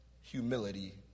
humility